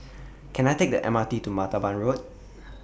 Can I Take The M R T to Martaban Road